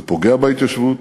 זה פוגע בהתיישבות,